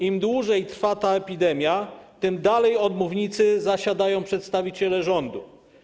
Im dłużej trwa ta epidemia, tym dalej od mównicy zasiadają przedstawiciele rządu.